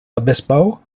obispo